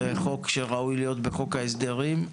הוא חוק שראוי להיות בחוק ההסדרים.